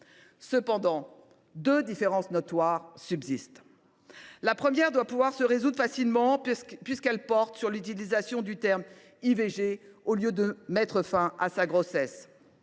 Cependant, deux différences notables subsistent. La première doit pouvoir être traitée facilement, puisqu’elle porte sur l’utilisation du terme « IVG », au lieu de l’expression « mettre fin à sa grossesse